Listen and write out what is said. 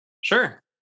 Sure